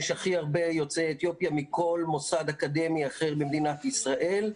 יש הכי הרבה יוצאי אתיופיה מכל מוסד אקדמי אחר במדינת ישראל,